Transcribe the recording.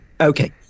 Okay